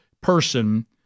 person